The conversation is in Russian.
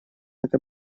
это